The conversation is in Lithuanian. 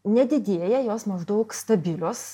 nedidėja jos maždaug stabilios